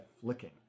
flicking